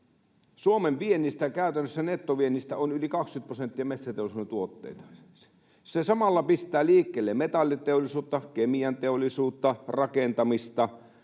Suomen nettoviennistä käytännössä on yli 20 prosenttia metsäteollisuuden tuotteita. Se samalla pistää liikkeelle metalliteollisuutta, kemianteollisuutta, rakentamista